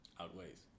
Outweighs